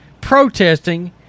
protesting